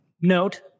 note